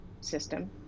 system